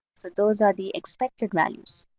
so those are the expected values.